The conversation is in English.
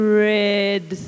red